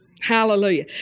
Hallelujah